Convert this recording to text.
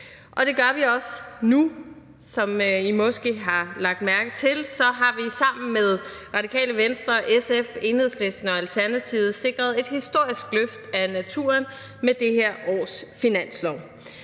Det gør vi også nu. Som I måske har lagt mærke til, har vi sammen med Radikale Venstre, SF, Enhedslisten og Alternativet sikret et historisk løft af naturen med det her års finanslov.